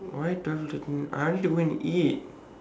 why I want to go and eat